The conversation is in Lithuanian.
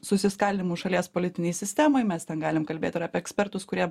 susiskaldymų šalies politinėj sistemoj mes ten galim kalbėt ir apie ekspertus kurie